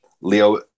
Leo